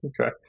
Okay